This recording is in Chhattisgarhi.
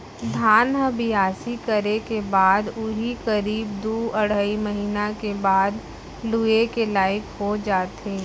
धान ह बियासी करे के बाद उही करीब दू अढ़ाई महिना के बाद लुए के लाइक हो जाथे